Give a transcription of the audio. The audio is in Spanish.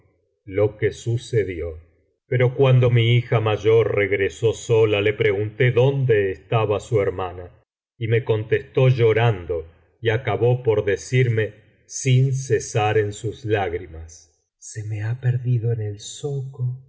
lo que sucedió pero cuando mi hija mayor regresó sola le pregunté dónde estaba su hermana y me contestó llorando y acabó por decirme sin cesar en sus lágrimas se me ha perdido en el zoco